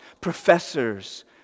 professors